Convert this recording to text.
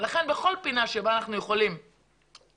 לכן בכל פינה שאנחנו יכולים לתקן,